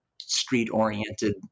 street-oriented